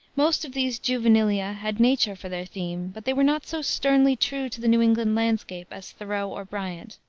most of these juvenilia had nature for their theme, but they were not so sternly true to the new england landscape as thoreau or bryant.